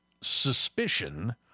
suspicion